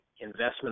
investment